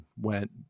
went